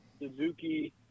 Suzuki